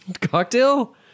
cocktail